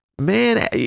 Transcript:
Man